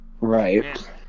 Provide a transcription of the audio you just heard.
Right